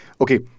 okay